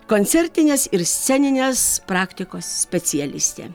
koncertinės ir sceninės praktikos specialistė